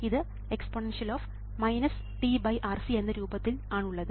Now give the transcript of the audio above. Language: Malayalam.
ഇത് exp tRC എന്ന രൂപത്തിൽ ആണുള്ളത്